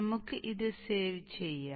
നമുക്ക് ഇത് സേവ് ചെയ്യാം